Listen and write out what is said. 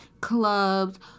clubs